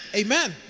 amen